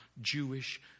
Jewish